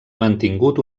mantingut